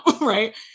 Right